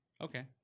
Okay